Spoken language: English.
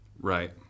Right